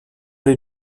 les